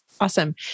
Awesome